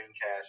cash